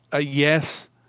yes